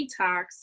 detox